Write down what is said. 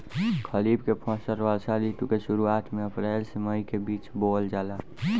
खरीफ के फसल वर्षा ऋतु के शुरुआत में अप्रैल से मई के बीच बोअल जाला